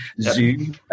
zoom